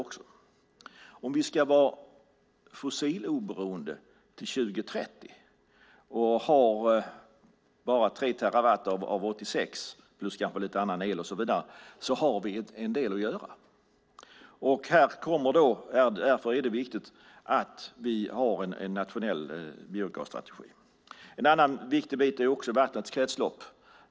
Om vi ska vara fossilbränsleoberoende till år 2030 och bara har tre terawattimmar av 86 plus kanske lite annan el och så vidare har vi en del att göra. Därför är det viktigt att vi har en nationell biogasstrategi. En annan viktig sak är vattnets kretslopp.